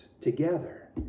together